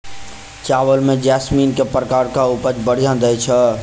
चावल म जैसमिन केँ प्रकार कऽ उपज बढ़िया दैय छै?